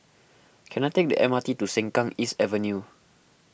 can I take the M R T to Sengkang East Avenue